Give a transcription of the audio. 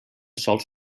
sols